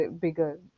bigger